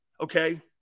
okay